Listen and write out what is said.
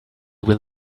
will